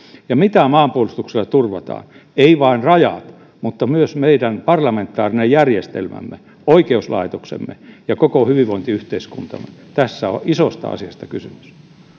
ja mitä maanpuolustuksella turvataan ei vain rajat mutta myös meidän parlamentaarinen järjestelmämme oikeuslaitoksemme ja koko hyvinvointiyhteiskuntamme tässä on isosta asiasta kysymys